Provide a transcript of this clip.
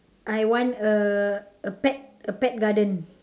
I want a a pet a pet garden